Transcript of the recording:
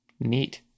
Neat